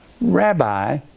Rabbi